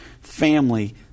family